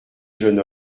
jeune